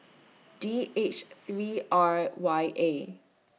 D H three R Y A